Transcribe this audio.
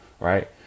right